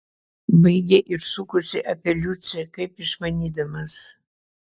baigė ir sukosi apie liucę kaip išmanydamas